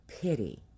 pity